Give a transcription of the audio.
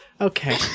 Okay